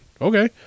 Okay